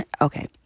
okay